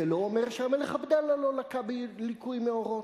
זה לא אומר שהמלך עבדאללה לא לקה בליקוי מאורות.